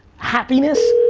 happiness,